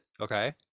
okay